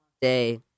day